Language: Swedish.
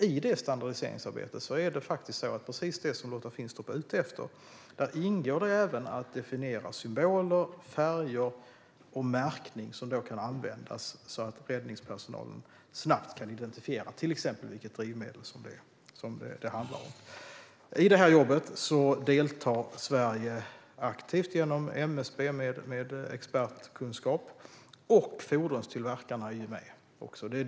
I det standardiseringsarbetet ingår precis det som Lotta Finstorp är ute efter, alltså att identifiera symboler, färger och märkning som kan användas så att räddningspersonalen snabbt kan identifiera vilket drivmedel det handlar om. I detta arbete deltar Sverige aktivt med expertkunskap genom MSB, och fordonstillverkarna är också med.